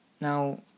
Now